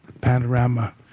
panorama